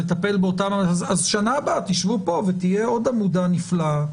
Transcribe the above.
אז בשנה הבאה תשבו פה ותהיה עוד עמודה נפלאה,